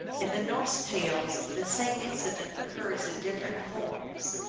in the norse tales the same incident occurs in different forms.